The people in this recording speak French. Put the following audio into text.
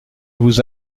vous